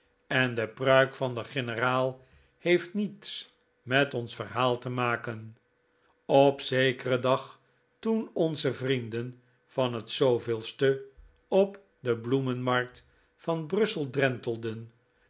en de pruik van den generaal heeft niets met ons verhaal te maken op zekeren dag toen onze vrienden van het de op de bloemenmarkt van brussel